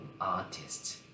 artist